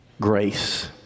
Grace